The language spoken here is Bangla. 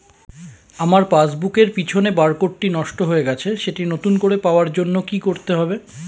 আমার পাসবুক এর পিছনে বারকোডটি নষ্ট হয়ে গেছে সেটি নতুন করে পাওয়ার জন্য কি করতে হবে?